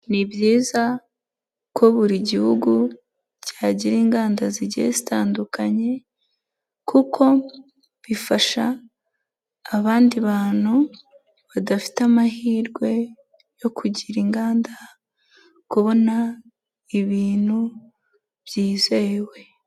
Ni byiza ko buri gihugu cyagira inganda zigira zitandukanye kuko bifasha abandi bantu badafite amahirwe yo kugira inganda kubona ibintu byizewe.